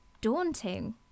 daunting